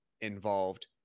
involved